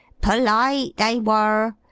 polite, they wor!